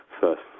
first